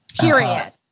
period